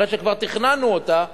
אחרי שכבר תכננו אותה,